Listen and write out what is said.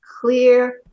clear